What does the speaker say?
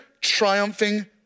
triumphing